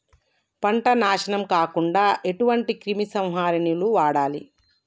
పంట నాశనం కాకుండా ఎటువంటి క్రిమి సంహారిణిలు వాడాలి?